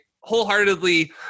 wholeheartedly